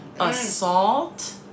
assault